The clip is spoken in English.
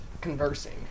conversing